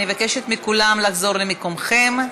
אני מבקשת מכולם לחזור למקומם.